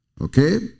Okay